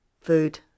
food